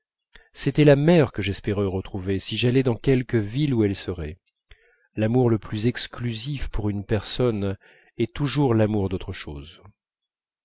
c'était la mer que j'espérais retrouver si j'allais dans quelque ville où elles seraient l'amour le plus exclusif pour une personne est toujours l'amour d'autre chose